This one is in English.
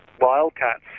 wildcats